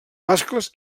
mascles